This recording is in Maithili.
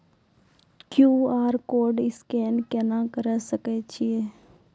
क्यू.आर कोड स्कैन केना करै सकय छियै?